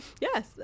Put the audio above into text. Yes